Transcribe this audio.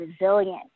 resilient